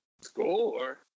Score